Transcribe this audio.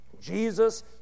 Jesus